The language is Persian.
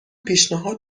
پیشنهاد